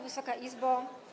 Wysoka Izbo!